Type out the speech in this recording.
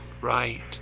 Right